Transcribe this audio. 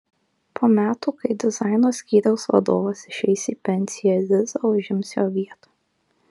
po metų kai dizaino skyriaus vadovas išeis į pensiją liza užims jo vietą